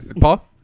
Paul